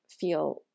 feel